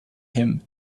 him